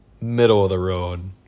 middle-of-the-road